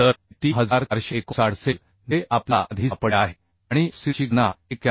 तर हे 3459 असेल जे आपल्याला आधी सापडले आहे आणि FCDची गणना 91